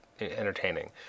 entertaining